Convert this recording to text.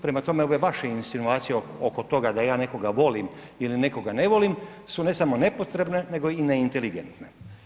Prema tome ovo je vaša insinuacija oko toga da ja nekoga volim ili nekoga ne volim su ne samo nepotrebne nego i ne inteligentne.